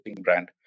brand